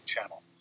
channel